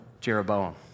Jeroboam